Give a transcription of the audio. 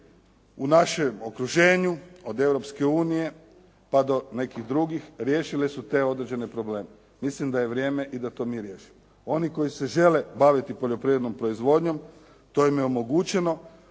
u našem okruženju od Europske unije pa do nekih drugih riješile su te određene probleme. Mislim da je vrijeme i da to mi riješimo. Oni koji se žele baviti poljoprivrednom proizvodnjom to im je omogućeno,